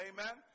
Amen